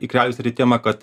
ikrelių išsiritimą kad